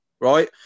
right